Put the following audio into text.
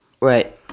Right